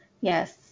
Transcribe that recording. Yes